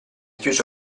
chiuso